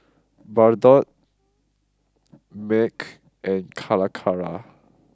Bardot Mac and Calacara